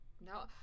No